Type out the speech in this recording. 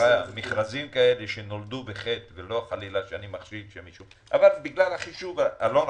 מכרזים כאלה שנולדו בחטא, בגלל החישוב הלא נכון,